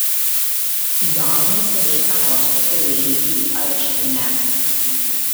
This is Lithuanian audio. gal neseniai ką nors uždarei į areštinę